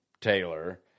Taylor